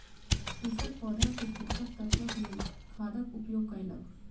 कृषक पौधा के पोषक तत्वक लेल खादक उपयोग कयलक